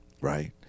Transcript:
right